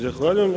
Zahvaljujem.